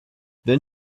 then